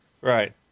Right